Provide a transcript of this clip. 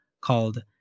called